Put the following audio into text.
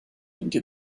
into